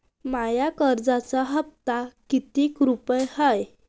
माया कर्जाचा हप्ता कितीक रुपये हाय?